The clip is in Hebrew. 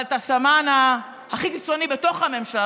אבל את הסמן הכי קיצוני בתוך הממשלה,